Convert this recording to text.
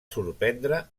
sorprendre